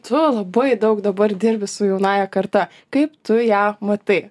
tu labai daug dabar dirbi su jaunąja karta kaip tu ją matai